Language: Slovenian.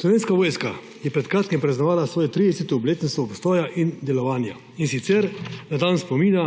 Slovenska vojska je pred kratkim praznovala svojo 30. obletnico obstoja in delovanja, in sicer na dan spomina,